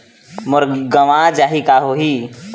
मोर गंवा जाहि का होही?